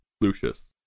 Lucius